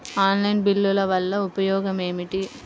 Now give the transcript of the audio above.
Online బిల్లుల వల్ల ఉపయోగమేమిటీ?